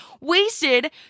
wasted